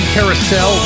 Carousel